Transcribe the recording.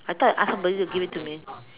I thought I ask somebody to give it to me